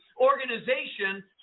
organization